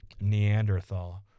Neanderthal